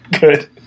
Good